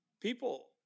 people